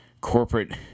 corporate